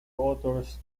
authors